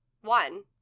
one